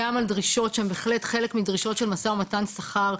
גם על דרישות שהן בהחלט חלק מדרישות של משא ומתן שכר,